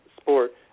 sport